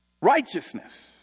righteousness